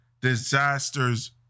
disasters